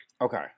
Okay